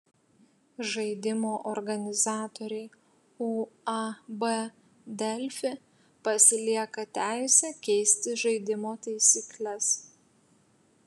žaidimo organizatoriai uab delfi pasilieka teisę keisti žaidimo taisykles